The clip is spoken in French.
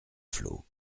flots